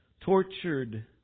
tortured